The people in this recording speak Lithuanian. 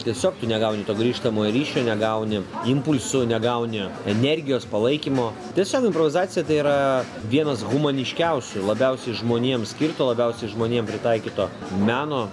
tiesiog tu negauni to grįžtamojo ryšio negauni impulsų negauni energijos palaikymo tiesiog improvizacija tai yra vienas humaniškiausių labiausiai žmonėms skirto labiausiai žmonėm pritaikyto meno